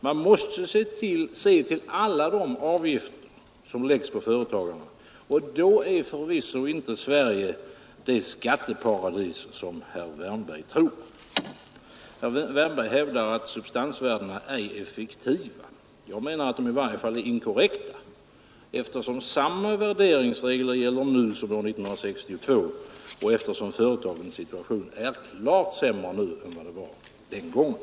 Man måste se till alla de avgifter som läggs på företagarna, och då är förvisso inte Sverige det skatteparadis som herr Wärnberg tror. Herr Wärnberg hävdar att substansvärdena ej är fiktiva. Jag menar att de i varje fall är inkorrekta, eftersom samma värderingsregler gäller nu som år 1962 och eftersom företagens situation är klart sämre nu än den gången.